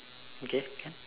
okay can